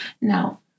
Now